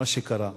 מה שקרה,